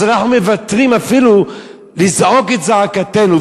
אז אנחנו מוותרים אפילו על לזעוק את זעקתנו,